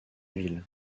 ville